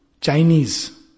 Chinese